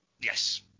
yes